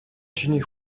чиний